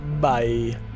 Bye